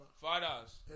Fathers